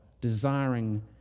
desiring